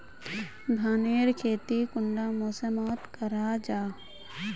धानेर खेती कुंडा मौसम मोत करा जा?